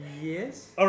Yes